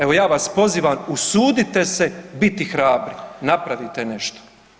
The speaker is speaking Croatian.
Evo ja vas pozivam, usudite se biti hrabri, napravite nešto.